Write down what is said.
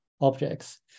objects